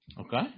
Okay